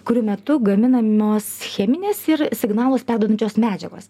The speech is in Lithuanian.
kurių metu gaminamos cheminės ir signalus perduodančios medžiagos